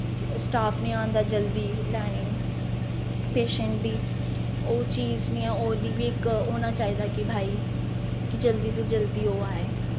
staff निं औंदा जल्दी लैने गी पेशैंट दी ओह् चीज़ निं ओह्दा बी इक होना चाहिदा कि भाई कि जल्दी से जल्दी ओह् आए